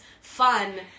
fun